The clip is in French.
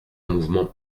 mouvement